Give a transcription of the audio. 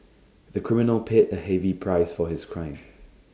the criminal paid A heavy price for his crime